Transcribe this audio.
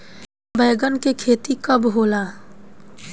बैंगन के खेती कब होला?